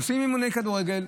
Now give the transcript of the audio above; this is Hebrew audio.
עושים אימוני כדורגל,